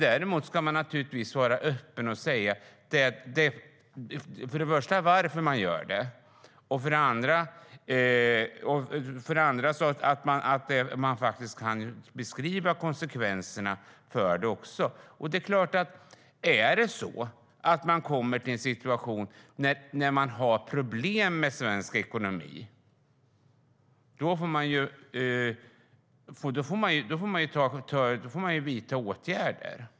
Däremot ska man naturligtvis vara öppen och för det första säga varför man gör det och för det andra beskriva konsekvenserna. Om man kommer till en situation då man har problem med svensk ekonomi, då får man vidta åtgärder.